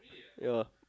ya